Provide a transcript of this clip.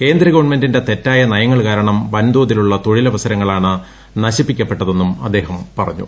കേന്ദ്ര ഗവൺമെന്റിന്റെ തെറ്റായ നയങ്ങൾ കാരണം വൻതോതിലുള്ള തൊഴിൽ അവസര ങ്ങളാണ് നശിപ്പിക്കപ്പെട്ടതെന്നും അദ്ദേഹം പറഞ്ഞു